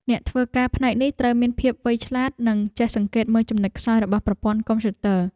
អ្នកធ្វើការផ្នែកនេះត្រូវមានភាពវៃឆ្លាត និងចេះសង្កេតមើលចំណុចខ្សោយរបស់ប្រព័ន្ធកុំព្យូទ័រ។